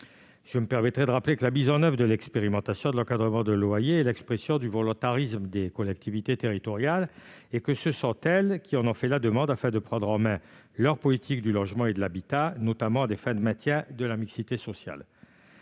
Je me permets de rappeler que la mise en oeuvre de cette expérimentation est l'expression du volontarisme des collectivités territoriales, car ce sont elles qui en ont fait la demande afin de prendre en main leur politique du logement et de l'habitat, notamment à des fins de maintien de la mixité sociale.